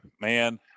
man –